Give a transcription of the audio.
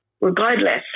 regardless